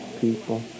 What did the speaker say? people